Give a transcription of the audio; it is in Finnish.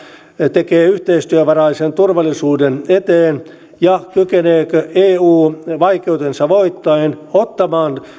tekee yhteistyövaraisen turvallisuuden eteen ja kykeneekö eu vaikeutensa voittaen ottamaan